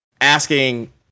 asking